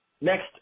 Next